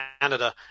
Canada